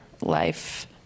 life